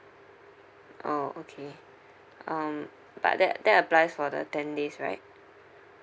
orh okay um but that that applies for the ten days right